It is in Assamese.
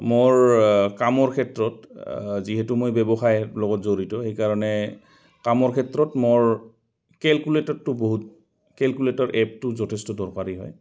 মোৰ কামৰ ক্ষেত্ৰত যিহেতু মই ব্যৱসায় লগত জড়িত সেইকাৰণে কামৰ ক্ষেত্ৰত মোৰ কেলকুলেটৰটো বহুত কেলকুলেটৰ এপটো যথেষ্ট দৰকাৰী হয়